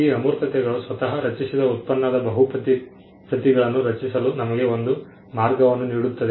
ಮತ್ತು ಅಮೂರ್ತತೆಗಳು ಸ್ವತಃ ರಚಿಸಿದ ಉತ್ಪನ್ನದ ಬಹು ಪ್ರತಿಗಳನ್ನು ರಚಿಸಲು ನಮಗೆ ಒಂದು ಮಾರ್ಗವನ್ನು ನೀಡುತ್ತವೆ